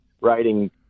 writing